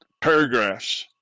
paragraphs